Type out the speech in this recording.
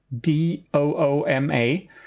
D-O-O-M-A